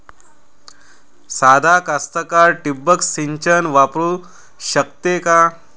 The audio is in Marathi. सादा कास्तकार ठिंबक सिंचन वापरू शकते का?